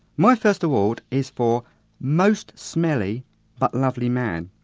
my first award is for most smelly but lovely man,